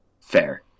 Fair